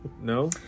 no